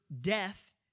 death